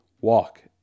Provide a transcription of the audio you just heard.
walk